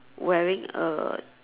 wearing a